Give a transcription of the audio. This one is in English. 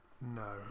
No